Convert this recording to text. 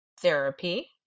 Therapy